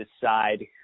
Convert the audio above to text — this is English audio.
decide